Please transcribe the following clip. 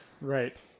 Right